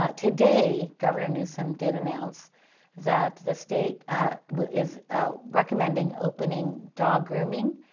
ah today, governor newsom did announce that the state is recommending opening dog grooming,